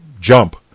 jump